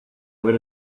haber